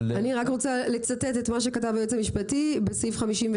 אני רק רוצה לצטט את מה שכתב היועץ המשפטי בסעיף 53: